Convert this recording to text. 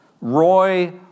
Roy